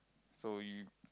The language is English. so you